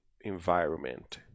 environment